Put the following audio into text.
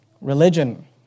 religion